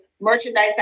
merchandise